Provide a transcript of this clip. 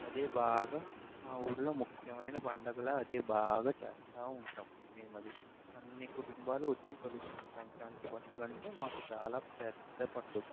అదే బాగా మా ఊర్లో ముఖ్యమైన పండుగలా అది బాగా చేస్తా ఉంటాం మేము అది అన్నీ కుటుంబాలు వచ్చి కలుస్తాం సంక్రాంతి పండుగ అంటే మాకు చాలా పెద్ద పండుగ